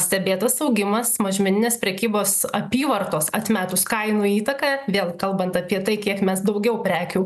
stebėtas augimas mažmeninės prekybos apyvartos atmetus kainų įtaką vėl kalbant apie tai kiek mes daugiau prekių